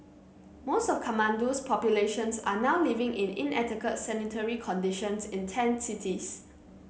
most of Kathmandu's populations are now living in inadequate sanitary conditions in tent cities